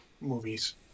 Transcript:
movies